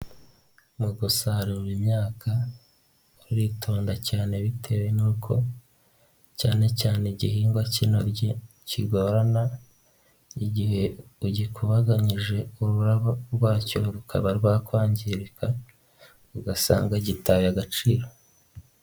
Mu gusarura imyaka uritonda cyane bitewe n'uko cyane cyane igihingwa k'intoryi kigorana nk'igihe ugikubaganyije ururabo rwacyo rukaba rwakwangirika ugasanga gitaye agaciro.